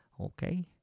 Okay